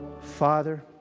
Father